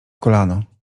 kolano